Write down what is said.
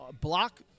Block